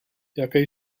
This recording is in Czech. jaké